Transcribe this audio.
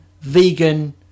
vegan